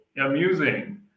amusing